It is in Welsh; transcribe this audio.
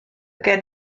gen